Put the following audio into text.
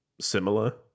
similar